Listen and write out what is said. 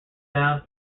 down